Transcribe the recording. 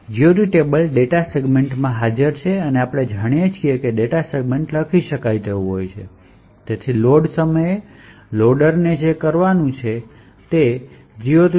GOT table data સેગમેન્ટમાં હાજર છે અને આપણે જાણીએ છીએ કે ડેટા સેગમેન્ટ લખી શકાય તેવું છે તેથી લોડ સમયે લોડરને જે કરવું છે તે અને GOT